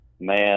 man